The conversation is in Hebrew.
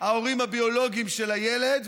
ההורים הביולוגיים של הילד,